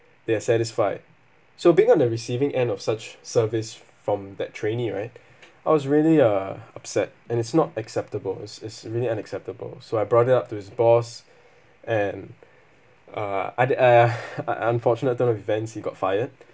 they're satisfied so being on the receiving end of such service from that trainee right I was really uh upset and it's not acceptable it's it's really unacceptable so I brought it up to his boss and uh I did I uh un~ unfortunate turn of events he got fired